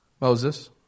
Moses